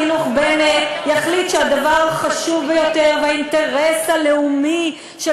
שהדבר החשוב ביותר והאינטרס הלאומי של